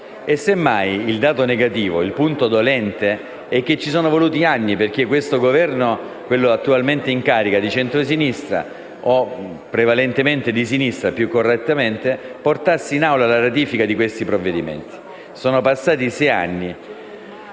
Semmai il dato negativo, il punto dolente è che ci sono voluti anni perché il Governo di centrosinistra attualmente in carica - o prevalentemente di sinistra, più correttamente - portasse in Aula la ratifica di questi provvedimenti. Sono passati sei anni